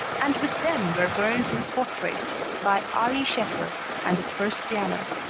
and with them were burned his portrait by ary scheffer and his first piano.